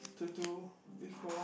to do before